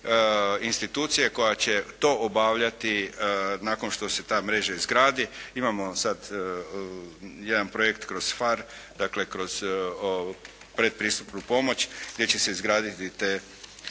institucije koja će to obavljati nakon što se ta mreža izgradi. Imamo sad jedan projekt kroz PHARE, dakle kroz predpristupnu pomoć gdje će se izgraditi te